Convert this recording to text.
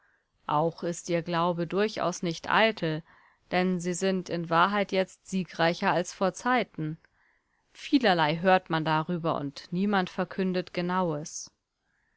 auch ist ihr glaube durchaus nicht eitel denn sie sind in wahrheit jetzt siegreicher als vorzeiten vielerlei hört man darüber und niemand verkündet genaues